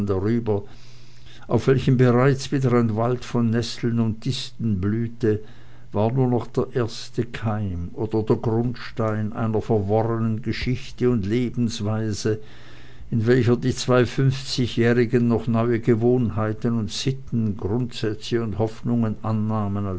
darüber auf welchem bereits wieder ein wald von nesseln und disteln blühte war nur noch der erste keim oder der grundstein einer verworrenen geschichte und lebensweise in welcher die zwei fünfzigjährigen noch neue gewohnheiten und sitten grundsätze und hoffnungen annahmen